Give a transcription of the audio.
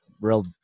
real